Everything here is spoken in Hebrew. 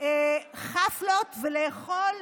חפלות ולאכול